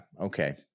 okay